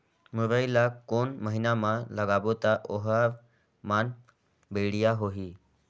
मुरई ला कोन महीना मा लगाबो ता ओहार मान बेडिया होही?